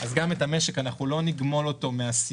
אז גם את המשק אנחנו לא נגמול מהסיוע